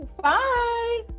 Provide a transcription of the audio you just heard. Bye